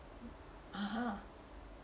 (uh huh)